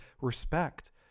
respect